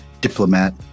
diplomat